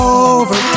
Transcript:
over